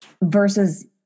versus